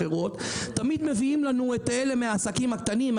תמיד מביאים לנו את אלה מהעסקים הקטנים,